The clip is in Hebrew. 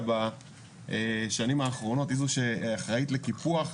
בשנים האחרונות היא זו שאחראית לקיפוח,